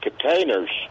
containers